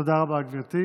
תודה רבה, גברתי.